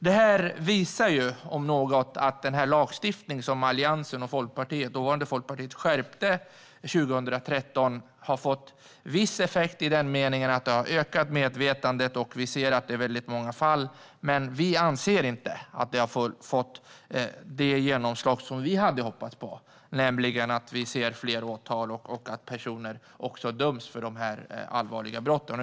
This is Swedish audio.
Den lagstiftning som Alliansen med dåvarande Folkpartiet skärpte 2013 har fått viss effekt i den meningen att den har ökat medvetandet och att det syns att det finns många fall. Men vi anser inte att lagstiftningen har fått det genomslag som vi hade hoppats på, nämligen fler åtal och att personer också döms för de allvarliga brotten.